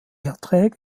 erträge